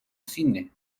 cine